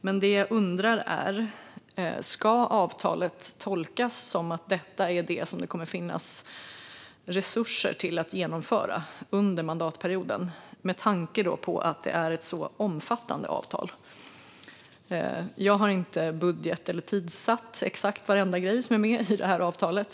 Men det jag undrar är om avtalet ska tolkas som att detta är vad som kommer att finnas resurser till att genomföra under mandatperioden, med tanke på att det är ett så omfattande avtal. Jag har inte budget eller tidsatt exakt varenda grej som är med i avtalet.